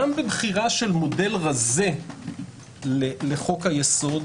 גם בבחירה של מודל רזה לחוק היסוד,